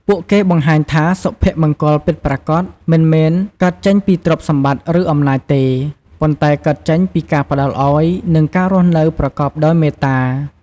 ពួកគេបង្ហាញថា សុភមង្គលពិតប្រាកដមិនមែនកើតចេញពីទ្រព្យសម្បត្តិ ឬអំណាចទេ ប៉ុន្តែកើតចេញពីការផ្ដល់ឱ្យ និងការរស់នៅប្រកបដោយមេត្តា។